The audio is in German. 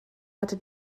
hatte